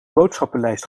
boodschappenlijst